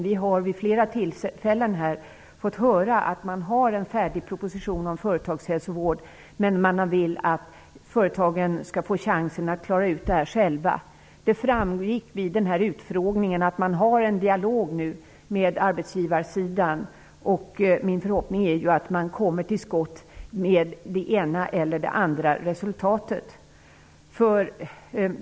Vi har vid flera tillfällen fått höra att man har en färdig proposition om företagshälsovård men att man vill att företagen skall få chansen att klara av detta själva. Det framgick vid utfrågningen att man för en dialog med arbetsgivarsidan, och min förhoppning är att man kommer till skott med ett eller annat resultat.